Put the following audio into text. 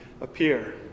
appear